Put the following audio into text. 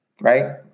Right